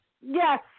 Yes